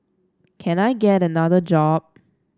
can I get another job